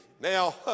Now